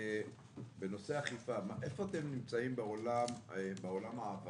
בנושא אכיפה איפה אתם נמצאים בעולם העברייני?